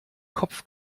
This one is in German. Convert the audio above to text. kopf